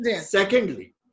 Secondly